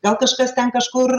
gal kažkas ten kažkur